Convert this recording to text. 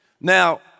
Now